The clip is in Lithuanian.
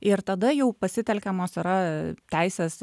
ir tada jau pasitelkiamos yra teisės